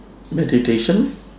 meditation